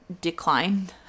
decline